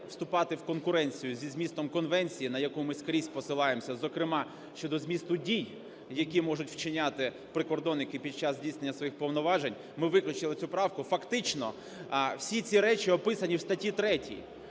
вступати в конкуренцію зі змістом конвенції, на яку ми скрізь посилаємося, зокрема, щодо змісту дій, які можуть вчиняти прикордонники під час здійснення своїх повноважень, ми виключили цю правку. Фактично всі ці речі описані в статті 3,